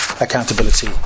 accountability